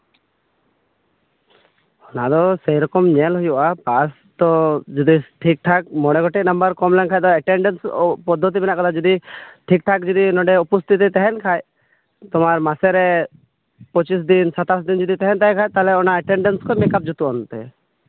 ᱚᱱᱟ ᱫᱚ ᱥᱮᱨᱚᱠᱚᱢ ᱧᱮᱞ ᱦᱩᱭᱩᱜᱼᱟ ᱯᱟᱥ ᱛᱚ ᱴᱷᱤᱠ ᱴᱷᱟᱠ ᱢᱚᱬᱮ ᱜᱤᱴᱮᱡ ᱱᱟᱢᱵᱟᱨ ᱠᱚᱢ ᱞᱮᱱᱠᱷᱟᱱ ᱫᱚ ᱮᱴᱮᱱᱰᱮᱱᱥ ᱯᱚᱫᱽᱫᱷᱚᱛᱤ ᱢᱮᱱᱟᱜᱼᱟ ᱡᱚᱫᱤ ᱴᱷᱤᱠ ᱴᱷᱟᱠ ᱡᱚᱫᱤ ᱩᱯᱚᱥᱛᱷᱤᱛ ᱮ ᱛᱟᱸᱦᱮᱱ ᱠᱷᱟᱱ ᱛᱳᱢᱟᱨ ᱢᱟᱥᱮᱨᱮ ᱯᱚᱪᱤᱥ ᱫᱤᱱ ᱥᱟᱛᱟᱥ ᱫᱤᱱ ᱡᱚᱫᱤ ᱛᱟᱸᱦᱮᱱ ᱛᱟᱭ ᱠᱷᱟᱡ ᱛᱟᱦᱞᱮ ᱚᱱᱟ ᱮᱴᱮᱱᱰᱮᱱᱥ ᱠᱚ ᱢᱮᱠᱟᱯ ᱡᱩᱛᱩᱜᱼᱟ ᱚᱱᱛᱮ